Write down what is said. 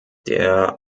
der